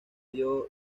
dio